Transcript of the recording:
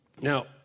Now